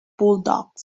bulldogs